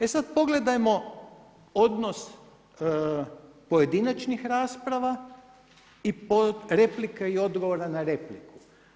E sad pogledajmo odnos pojedinačnih rasprava i pod replike i odgovora na repliku.